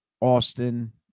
Austin